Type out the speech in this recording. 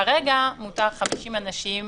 כרגע מותר 50 אנשים